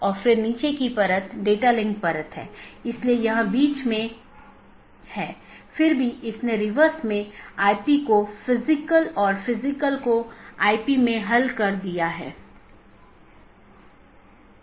अब अगर हम BGP ट्रैफ़िक को देखते हैं तो आमतौर पर दो प्रकार के ट्रैफ़िक होते हैं एक है स्थानीय ट्रैफ़िक जोकि एक AS के भीतर ही होता है मतलब AS के भीतर ही शुरू होता है और भीतर ही समाप्त होता है